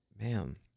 man